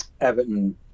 Everton